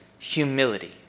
humility